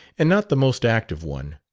and not the most active one.